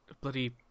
bloody